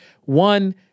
One